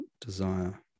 desire